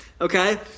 Okay